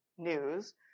news